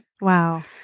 Wow